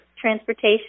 Transportation